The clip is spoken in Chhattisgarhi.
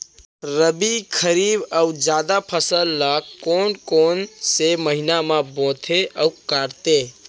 रबि, खरीफ अऊ जादा फसल ल कोन कोन से महीना म बोथे अऊ काटते?